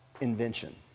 invention